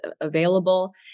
available